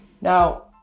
Now